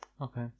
okay